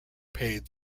paid